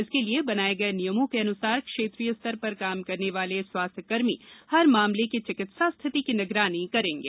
इसके लिए बनाए गए नियमों के अनुसार क्षेत्रीय स्तर पर काम करने वाले स्वास्थ्य कर्मी हर मामले की चिकित्सा स्थिति की निगरानी करेंगे